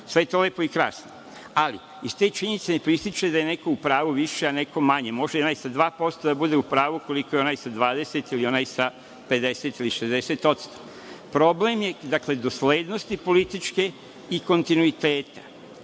je to lepo i krasno, ali iz te činjenice ne proističe da je neko u pravu više, a neko manje. Može i onaj sa 2% da bude u pravu koliko i onaj sa 20% ili onaj sa 50% ili 60%. Problem je doslednosti političke i kontinuiteta.